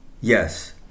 Yes